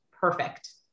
Perfect